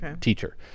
teacher